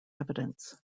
evidence